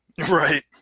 right